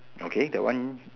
okay that one